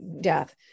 death